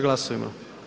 Glasujmo.